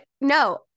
no